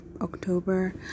October